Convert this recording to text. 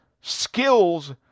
skills